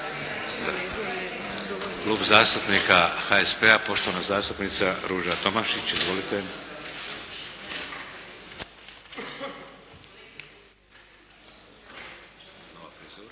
Klub zastupnika HSP-a, poštovana zastupnica Ruža Tomašić. Izvolite.